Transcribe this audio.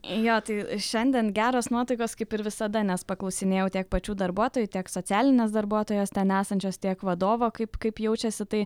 jo tai šiandien geros nuotaikos kaip ir visada nes paklausinėjau tiek pačių darbuotojų tiek socialinės darbuotojos ten esančios tiek vadovo kaip kaip jaučiasi tai